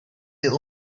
their